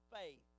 faith